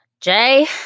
Jay